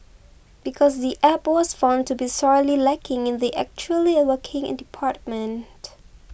because the App was found to be sorely lacking in the 'actually working' in department